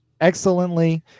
excellently